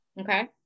Okay